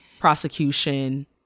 prosecution